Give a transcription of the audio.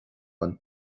den